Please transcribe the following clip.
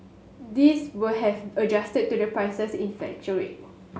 these will have adjusted to the prices in fluctuate